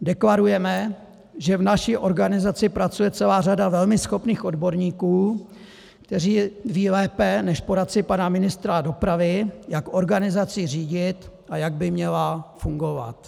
Deklarujeme, že v naší organizaci pracuje celá řada velmi schopných odborníků, kteří vědí lépe než poradci pana ministra dopravy, jak organizaci řídit a jak by měla fungovat.